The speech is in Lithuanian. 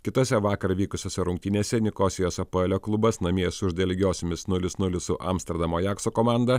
kitose vakar vykusiose rungtynėse nikosijos apoelio klubas namie sužaidė lygiosiomis nulis nulis su amsterdamo ajakso komanda